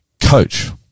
coach